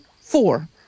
four